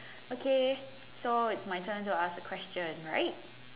okay so it's my turn to ask a question right